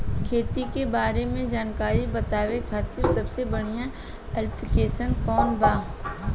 खेती के बारे में जानकारी बतावे खातिर सबसे बढ़िया ऐप्लिकेशन कौन बा?